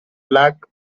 black